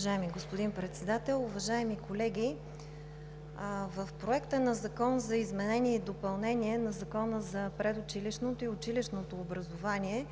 Уважаеми господин Председател, уважаеми колеги! В Законопроекта за изменение и допълнение на Закона за предучилищното и училищно образование